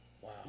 Wow